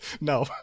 no